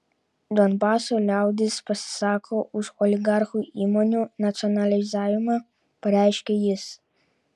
donbaso liaudis pasisako už oligarchų įmonių nacionalizavimą pareiškė jis